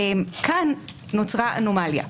פה נוצרה אנומליה.